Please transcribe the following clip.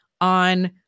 on